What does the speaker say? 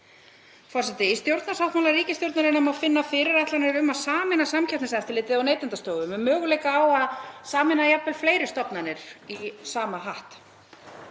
Í stjórnarsáttmála ríkisstjórnarinnar má finna fyrirætlanir um að sameina samkeppniseftirlitið og Neytendastofu með möguleika á að sameina jafnvel fleiri stofnanir undir sama hatt.